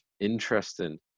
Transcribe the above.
Interesting